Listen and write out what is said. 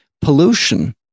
pollution